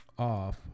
Off